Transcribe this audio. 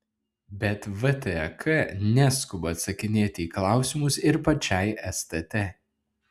bet vtek neskuba atsakinėti į klausimus ir pačiai stt